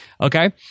okay